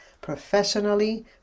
professionally